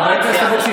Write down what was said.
חברת הכנסת אבקסיס,